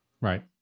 right